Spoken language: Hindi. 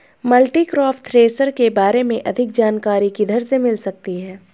मल्टीक्रॉप थ्रेशर के बारे में अधिक जानकारी किधर से मिल सकती है?